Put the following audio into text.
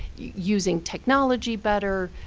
using technology better,